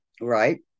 Right